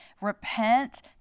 repent